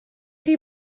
chi